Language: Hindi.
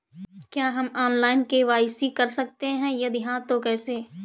क्या हम ऑनलाइन के.वाई.सी कर सकते हैं यदि हाँ तो कैसे?